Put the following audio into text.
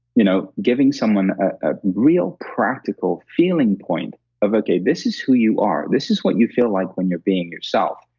you know giving someone a real practical feeling point of, this is who you are. this is what you feel like when you're being yourself.